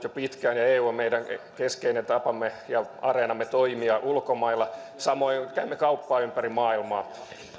jo pitkään ja eu on meidän keskeinen areenamme toimia ulkomailla samoin käymme kauppaa ympäri maailmaa